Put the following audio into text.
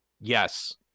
Yes